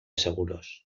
seguros